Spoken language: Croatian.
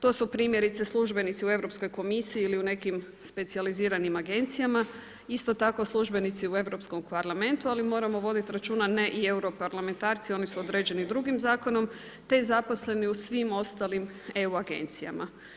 To su primjerice službenici u Europskoj komisiji ili u nekim specijaliziranim agencijama, isto tako službenici u Europskom parlamentu ali moramo voditi računa ne i europarlamentarci, oni su određeni drugim zakonom, te zaposleni u svim ostalim eu-agencijama.